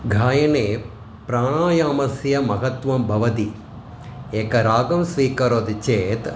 गायने प्राणायामस्य महत्वं भवति एकं रागं स्वीकरोति चेत्